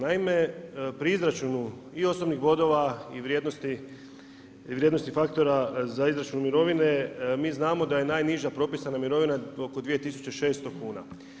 Naime, pri izračunu i osobnih bodova i vrijednosti faktora za izračun mirovine, mi znamo da je najniža propisana mirovina oko 2 600 kuna.